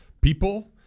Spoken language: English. people